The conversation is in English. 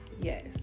yes